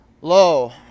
Low